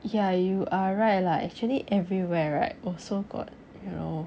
ya you are right lah actually everywhere right also got you know